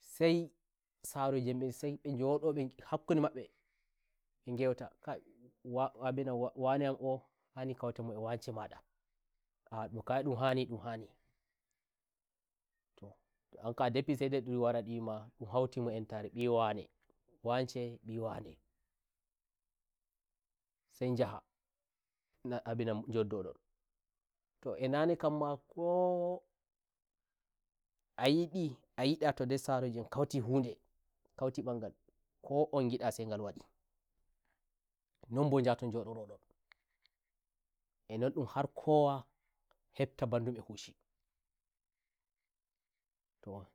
sai saroji en ben sai mbe njodo hakkude mabbe mbe ngeutakai " wa wa abinan" wane am o hani kauten mo e wance madaahh ndon kam ai ndum hani ndum hanitoh to an kam a deppi sai ndum warandum wi ma ndum hauti ma entare mbi wanewance mbi wane sai njahaabinan njoddo ndontoh e nane kan ma ko ayidi ayidi to dai saroje'en kauti hundekauti mbangal ko on ngida sai ngal wadi non bo njaton njodoro ndone non ndum har kowa hepta mbandum eh hushitoh